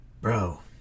Bro